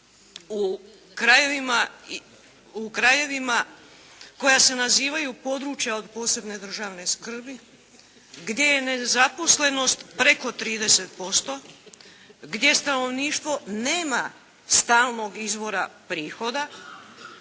u krajevima koja se nazivaju područja od posebne državne skrbi gdje je nezaposlenost preko 30%, gdje stanovništvo nema stalnog izvora prihoda,